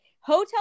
hotel